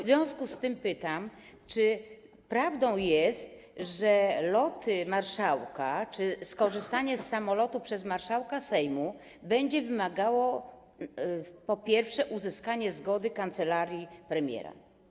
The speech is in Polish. W związku z tym pytam, czy prawdą jest, że loty marszałka, korzystanie z samolotu przez marszałka Sejmu będzie wymagało, po pierwsze, uzyskania zgody kancelarii premiera.